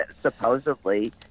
supposedly